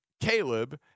Caleb